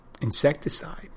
insecticide